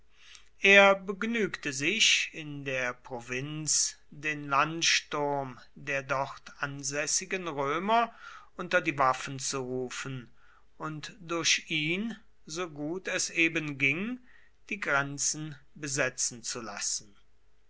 er begnügte sich in der provinz den landsturm der dort ansässigen römer unter die waffen zu rufen und durch ihn so gut es eben ging die grenzen besetzen zu lassen